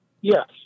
Yes